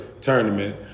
tournament